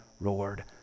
roared